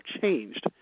changed